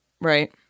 Right